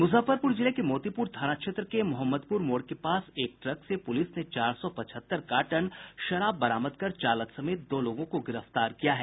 मुजफ्फरपुर जिले के मोतीपुर थाना क्षेत्र के मोहम्मदपुर मोड़ के पास एक ट्रक से प्रलिस ने चार सौ पचहत्तर कार्टन शराब बरामद कर चालक समेत दो लोगों को गिरफ्तार किया है